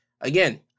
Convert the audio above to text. Again